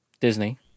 Disney